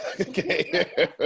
Okay